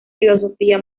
filosofía